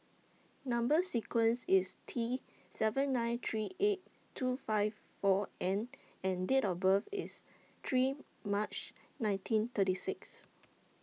Number sequence IS T seven nine three eight two five four N and Date of birth IS three March nineteen thirty six